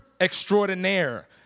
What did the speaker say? extraordinaire